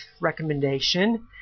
recommendation